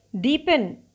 deepen